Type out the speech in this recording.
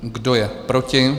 Kdo je proti?